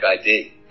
ID